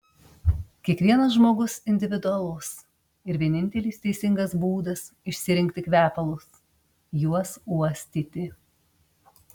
kiekvienas žmogus individualus ir vienintelis teisingas būdas išsirinkti kvepalus juos uostyti